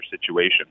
situation